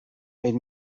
made